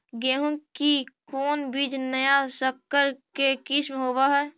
गेहू की कोन बीज नया सकर के किस्म होब हय?